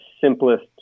simplest